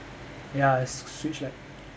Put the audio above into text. ya it's switch lite